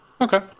okay